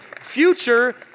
Future